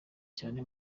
cyane